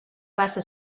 passa